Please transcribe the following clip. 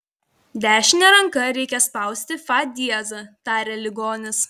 dešine ranka reikia spausti fa diezą tarė ligonis